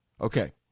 Okay